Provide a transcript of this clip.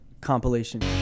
compilation